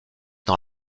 dans